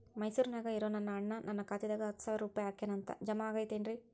ಮೈಸೂರ್ ನ್ಯಾಗ್ ಇರೋ ನನ್ನ ಅಣ್ಣ ನನ್ನ ಖಾತೆದಾಗ್ ಹತ್ತು ಸಾವಿರ ರೂಪಾಯಿ ಹಾಕ್ಯಾನ್ ಅಂತ, ಜಮಾ ಆಗೈತೇನ್ರೇ?